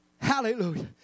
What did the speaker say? Hallelujah